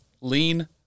lean